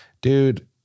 Dude